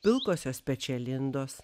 pilkosios pečialindos